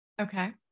Okay